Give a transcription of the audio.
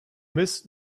missed